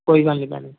ਕੋਈ ਗੱਲ ਨਹੀਂ ਭੈਣੇ